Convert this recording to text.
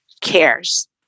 cares